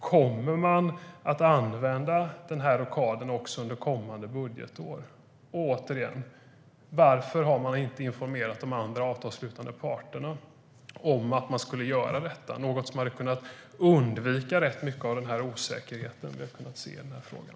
Kommer man att använda den här rockaden också under kommande budgetår? Återigen: Varför har man inte informerat de andra avtalsslutande parterna om att man skulle göra detta? Det är något som hade kunnat undvika rätt mycket av den osäkerhet vi har kunnat se i den här frågan.